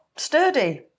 sturdy